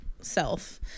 self